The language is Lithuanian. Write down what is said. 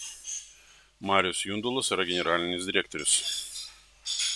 marius jundulas yra generalinis direktorius